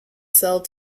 sell